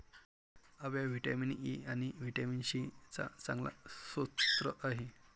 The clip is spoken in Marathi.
आवळा व्हिटॅमिन ई आणि व्हिटॅमिन सी चा चांगला स्रोत आहे